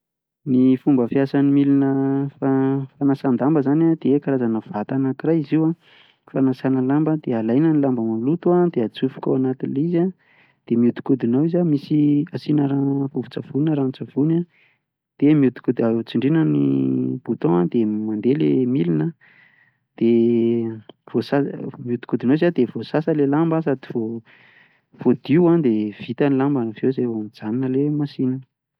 Ny fomba fiasan'ny milina fanasan-damba izany dia karazana vata anakiray izy io an, fanasana lamba dia alaina ny lamba maloto an dia atsofoka ao anatin'ilay izy an dia miodikodina ao izy an, misy fasina ra- vovon-tsavony na ranon-tsavony an, dia miodikodin- dia tsindrina ny botao, dia mandeha ilay milina, dia voa- miodikodina ao izy de voasasa ilay lamba sady voadio an dia vita ny lamba avy eo izay vao mijanona ilay machine.